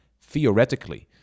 Theoretically